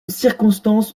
circonstance